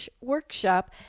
workshop